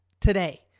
today